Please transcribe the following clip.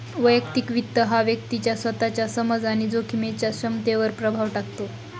वैयक्तिक वित्त हा व्यक्तीच्या स्वतःच्या समज आणि जोखमीच्या क्षमतेवर प्रभाव टाकतो